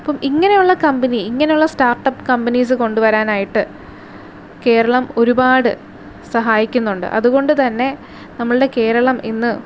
അപ്പം ഇങ്ങനെയുള്ള കമ്പനി ഇങ്ങനെയുള്ള സ്റ്റാർട്ടപ്പ് കമ്പനീസ് കൊണ്ടു വരാനായിട്ട് കേരളം ഒരുപാട് സഹായിക്കുന്നുണ്ട് അതുകൊണ്ട് തന്നെ നമ്മളുടെ കേരളം ഇന്ന്